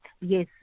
yes